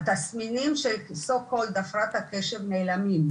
התסמינים של הפרעת הקשב נעלמים.